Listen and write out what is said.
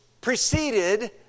preceded